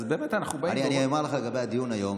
אני אומר לך לגבי הדיון היום,